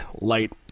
light